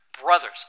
Brothers